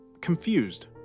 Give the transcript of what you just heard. confused